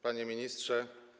Panie Ministrze!